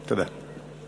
תודה.